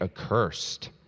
accursed